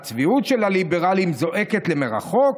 "הצביעות של הליברלים זועקת למרחוק,